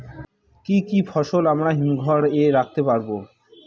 কি কি ফসল আমরা হিমঘর এ রাখতে পারব?